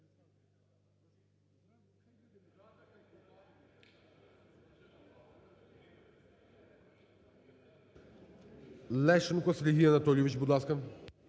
Лещенко Сергій Анатолійович, будь ласка.